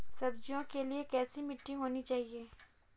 सब्जियों के लिए कैसी मिट्टी होनी चाहिए?